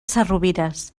sesrovires